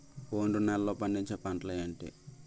ఒండ్రు నేలలో పండించే పంటలు ఏంటి?